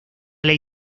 ley